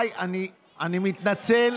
אני מתנצל,